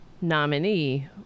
nominee